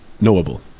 knowable